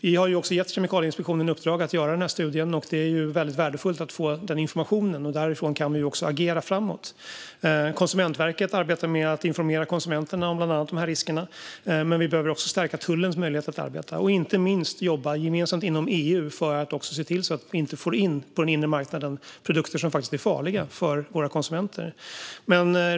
Vi har också gett Kemikalieinspektionen i uppdrag att göra den här studien. Det är väldigt värdefullt att få den informationen, och utifrån den kan vi också agera framåt. Konsumentverket arbetar med att informera konsumenterna om bland annat de här riskerna. Men vi behöver också stärka tullens möjlighet att arbeta. Inte minst behöver vi jobba gemensamt inom EU för att se till att vi inte på den inre marknaden får in produkter som faktiskt är farliga för våra konsumenter.